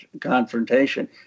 confrontation